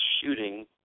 shooting